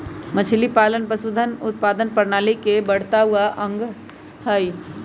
मछलीपालन पशुधन उत्पादन प्रणाली के बढ़ता हुआ अंग हई